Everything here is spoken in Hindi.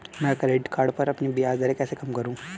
मैं क्रेडिट कार्ड पर अपनी ब्याज दरें कैसे कम करूँ?